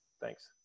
Thanks